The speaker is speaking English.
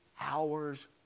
hours